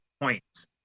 points